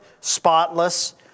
spotless